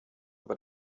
über